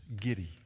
giddy